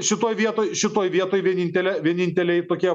šitoj vietoj šitoj vietoj vienintelė vieninteliai tokie